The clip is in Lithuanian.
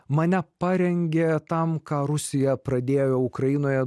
mane parengė tam ką rusija pradėjo ukrainoje